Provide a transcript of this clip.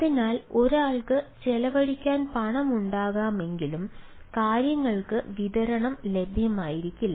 അതിനാൽ ഒരാൾക്ക് ചെലവഴിക്കാൻ പണമുണ്ടാകാമെങ്കിലും കാര്യങ്ങൾക്ക് വിതരണം ലഭ്യമായിരിക്കില്ല